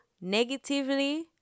negatively